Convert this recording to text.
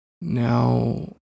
Now